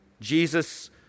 Jesus